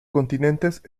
continentes